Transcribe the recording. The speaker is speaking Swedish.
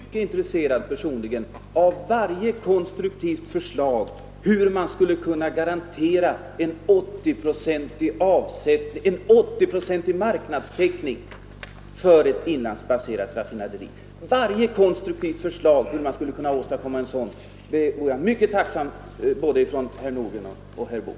Fru talman! Jag vill säga till herr Nordgren att jag är personligen mycket intresserad av varje konstruktivt förslag på hur man skall kunna garantera en 80-procentig marknadstäckning för ett inlandsbaserat raffinaderi med en fri oljehandel. Jag är alltså tacksam för varje förslag både från herr Nordgren och från herr Boo.